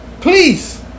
please